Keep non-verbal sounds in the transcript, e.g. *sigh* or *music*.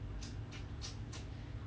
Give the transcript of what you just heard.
*noise*